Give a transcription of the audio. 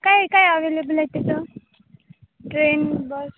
काय काय अवेलेबल आहे तिथं ट्रेन बस